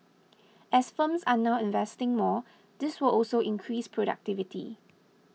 as firms are now investing more this will also increase productivity